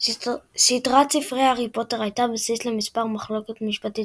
סדרת ספרי "הארי פוטר" הייתה בסיס למספר מחלוקות משפטיות